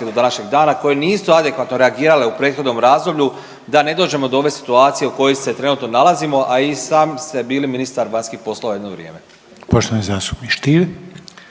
do današnjeg dana koje nisu adekvatno reagirale u prethodnom razdoblju da ne dođemo do ove situacije u kojoj se trenutno nalazimo, a i sami ste bili ministar vanjskih poslova jedno vrijeme? **Reiner,